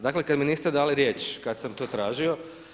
Dakle, kad mi niste dali riječ, kad sam to tražio.